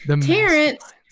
Terrence